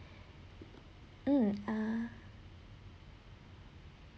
mm uh